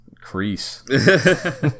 Crease